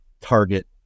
target